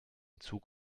zug